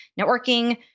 Networking